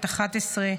בת 11,